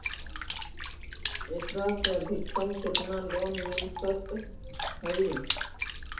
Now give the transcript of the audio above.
एकरा से अधिकतम केतना लोन मिल सक हइ?